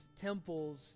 temples